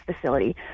facility